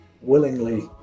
willingly